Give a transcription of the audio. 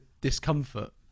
discomfort